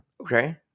Okay